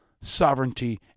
sovereignty